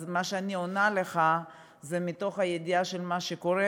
אז מה שאני עונה לך זה מתוך ידיעה של מה שקורה,